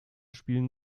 spielen